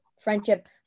friendship